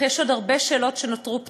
אך יש עוד הרבה שאלות שנותרו פתוחות.